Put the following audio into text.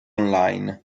online